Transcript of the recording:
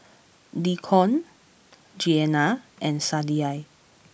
Deacon Jeana and Sadye